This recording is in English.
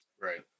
Right